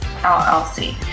LLC